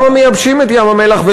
למה מייבשים את ים-המלח?